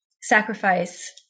sacrifice